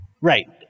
Right